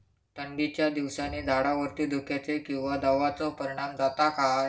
थंडीच्या दिवसानी झाडावरती धुक्याचे किंवा दवाचो परिणाम जाता काय?